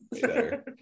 better